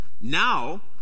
Now